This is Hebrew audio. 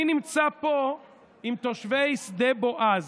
אני נמצא פה עם תושבי שדה בועז,